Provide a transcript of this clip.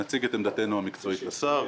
נציג את עמדתנו המקצועית לשר,